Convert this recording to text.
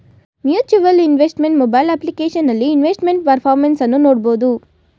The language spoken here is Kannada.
ಮ್ಯೂಚುವಲ್ ಇನ್ವೆಸ್ಟ್ಮೆಂಟ್ ಮೊಬೈಲ್ ಅಪ್ಲಿಕೇಶನಲ್ಲಿ ಇನ್ವೆಸ್ಟ್ಮೆಂಟ್ ಪರ್ಫಾರ್ಮೆನ್ಸ್ ಅನ್ನು ನೋಡ್ಬೋದು